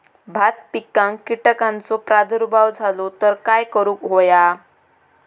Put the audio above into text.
भात पिकांक कीटकांचो प्रादुर्भाव झालो तर काय करूक होया?